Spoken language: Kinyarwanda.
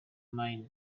mine